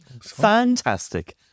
Fantastic